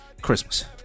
Christmas